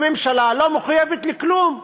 הממשלה לא מחויבת לכלום,